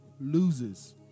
loses